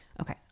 Okay